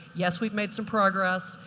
yes, we've made some progress.